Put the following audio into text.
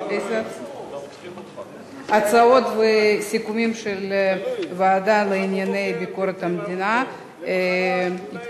הסיכומים וההצעות של הוועדה לענייני ביקורת המדינה התקבלו.